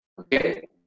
Okay